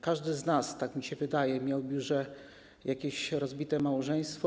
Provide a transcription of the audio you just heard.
Każdy z nas, tak mi się wydaje, zna jakieś rozbite małżeństwo.